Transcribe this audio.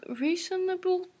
Reasonable